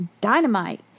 Dynamite